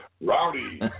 Rowdy